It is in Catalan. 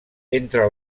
entre